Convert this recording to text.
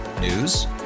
News